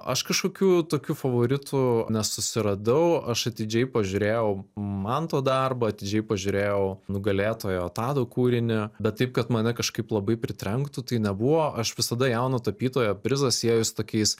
aš kažkokių tokių favoritų nesusiradau aš atidžiai pažiūrėjau manto darbą atidžiai pažiūrėjau nugalėtojo tado kūrinį bet taip kad mane kažkaip labai pritrenktų tai nebuvo aš visada jauno tapytojo prizą sieju su tokiais